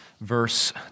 Verse